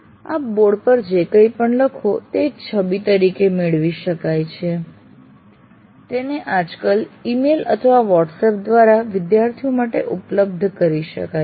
આપ બોર્ડ પર જે કઈંપણ લખો તે એક છબી તરીકે મેળવી શકાય છે અને આજકાલ ઇમેઇલ અથવા વોટ્સએપ દ્વારા વિદ્યાર્થીઓ માટે ઉપલબ્ધ કરી શકાય છે